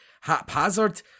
haphazard